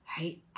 right